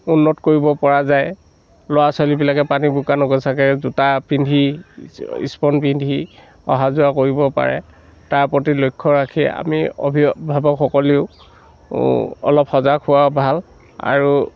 উন্নত কৰিব পৰা যায় ল'ৰা ছোৱালীবিলাকে পানী বোকা নগচাকৈ জোতা পিন্ধি ইস্পন পিন্ধি অহা যোৱা কৰিব পাৰে তাৰ প্ৰতি লক্ষ্য ৰাখি আমি অভিভাৱকসকলেও অলপ সজাগ হোৱা ভাল আৰু